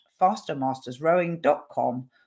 FasterMastersRowing.com